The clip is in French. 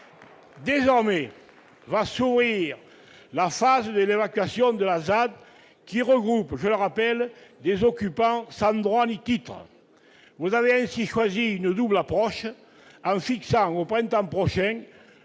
Désormais va s'ouvrir la phase de l'évacuation de la ZAD, qui regroupe, je le rappelle, des occupants sans droit ni titre. Vous avez choisi une double approche, en fixant au printemps prochain